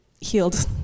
healed